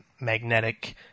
magnetic